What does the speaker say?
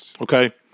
Okay